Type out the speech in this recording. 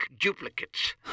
duplicates